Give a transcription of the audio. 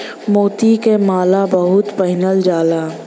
मोती क माला बहुत पहिनल जाला